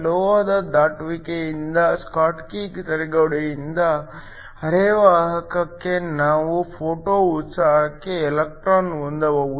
ಲೋಹದ ದಾಟುವಿಕೆಯಿಂದ ಸ್ಕಾಟ್ಕಿ ತಡೆಗೋಡೆಯಿಂದ ಅರೆವಾಹಕಕ್ಕೆ ನಾವು ಫೋಟೋ ಉತ್ಸುಕ ಎಲೆಕ್ಟ್ರಾನ್ ಹೊಂದಬಹುದು